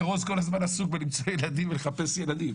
הכרוז כל הזמן עסוק בלמצוא ילדים ולחפש ילדים.